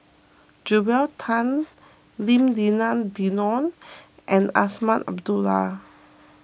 Joel Tan Lim Denan Denon and Azman Abdullah